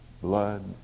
blood